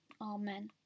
Amen